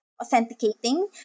authenticating